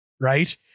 Right